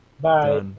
Bye